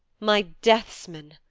my death's-man!